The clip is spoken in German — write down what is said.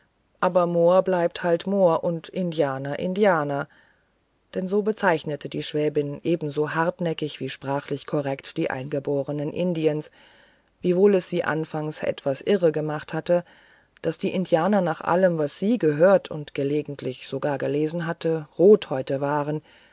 aber mohr bleibt halt mohr und indianer indianer denn so bezeichnete die schwäbin ebenso hartnäckig wie sprachlich korrekt die eingeborenen indiens wiewohl es sie anfangs etwas irre gemacht hatte daß die indianer nach allem was sie gehört und gelegentlich sogar gelesen hatte rothäute waren